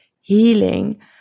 healing